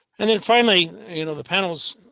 and then finally you know the panel's